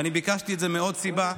ביקשתי את זה מעוד סיבה,